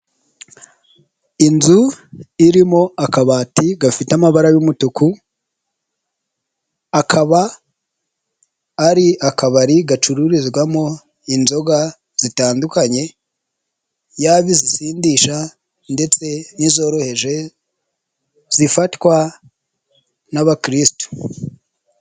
Inzu irimo akabati gafite amabara y'umutuku, akaba ari akabari gacururizwamo inzoga zitandukanye, yaba izisindisha ndetse n'izoroheje, zifatwa n'Abakirisitu.